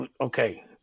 Okay